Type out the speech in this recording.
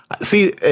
see